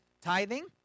tithing